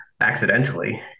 accidentally